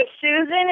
Susan